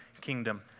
kingdom